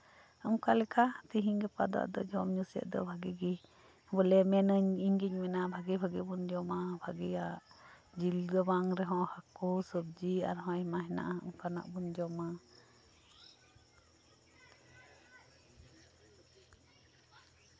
ᱚᱱᱠᱟ ᱞᱮᱠᱟ ᱛᱮᱦᱤᱧ ᱜᱟᱯᱟ ᱫᱚ ᱟᱫᱚ ᱡᱚᱢ ᱧᱩ ᱥᱮᱫ ᱫᱚ ᱵᱷᱟᱹᱜᱤ ᱜᱮ ᱵᱚᱞᱮ ᱢᱮᱱᱟᱹᱧ ᱤᱧ ᱜᱤᱧ ᱢᱮᱱᱟ ᱵᱷᱟᱹᱜᱤ ᱵᱷᱟᱹᱜᱤ ᱵᱚᱱ ᱡᱚᱢᱟ ᱵᱷᱟᱹᱜᱤ ᱵᱷᱟᱹᱜᱤᱭᱟᱜ ᱡᱤᱞ ᱫᱚ ᱵᱟᱝ ᱨᱮᱦᱚᱸ ᱦᱟᱹᱠᱩ ᱥᱚᱵᱡᱤ ᱟᱨᱦᱚᱸ ᱟᱭᱢᱟ ᱦᱮᱱᱟᱜᱼᱟ ᱚᱱᱠᱟᱱᱟᱜ ᱵᱚᱱ ᱡᱚᱢᱟ